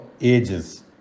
ages